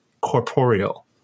corporeal